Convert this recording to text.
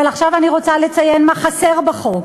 אבל עכשיו אני רוצה לציין מה חסר בחוק,